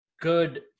good